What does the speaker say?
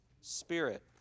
Spirit